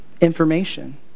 information